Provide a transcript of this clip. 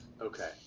Okay